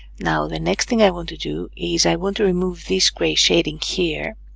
now the next thing i want to do is i want to remove this gray shading here,